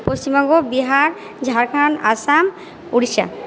Paschimbanga Bihar Jharkhand Assam Orissa